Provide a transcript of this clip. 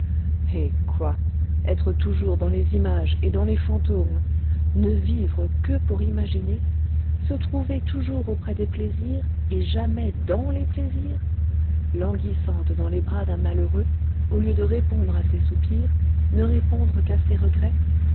hé quoi être toujours dans les images et dans les fantômes ne vivre que pour imaginer se trouver toujours auprès des plaisirs et jamais dans les plaisirs languissante dans les bras d'un malheureux au lieu de répondre à ses soupirs ne répondre qu'à ses regrets